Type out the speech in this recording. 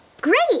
Great